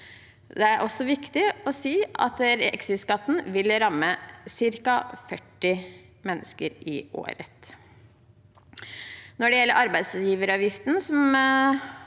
Det er også viktig å si at exit-skatten vil ramme ca. 40 mennesker i året. Når det gjelder arbeidsgiverav giften,